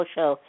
Show